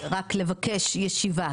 רק לבקש ישיבה,